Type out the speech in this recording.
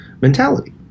mentality